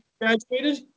graduated